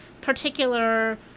particular